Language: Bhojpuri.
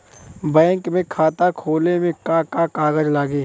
बैंक में खाता खोले मे का का कागज लागी?